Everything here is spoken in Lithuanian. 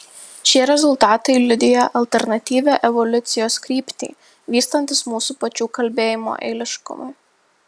šie rezultatai liudija alternatyvią evoliucijos kryptį vystantis mūsų pačių kalbėjimo eiliškumui